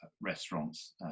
restaurants